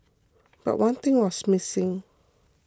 but one thing was missing